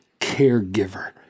caregiver